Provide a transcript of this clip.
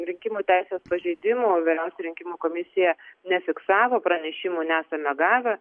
rinkimų teisės pažeidimų vyriausioji rinkimų komisija nefiksavo pranešimų nesame gavę